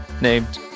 named